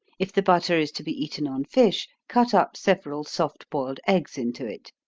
if the butter is to be eaten on fish, cut up several soft boiled eggs into it.